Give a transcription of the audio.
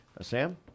Sam